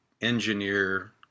engineer